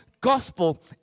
gospel